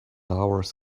hours